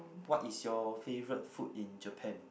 what is your favourite food in Japan